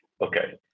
Okay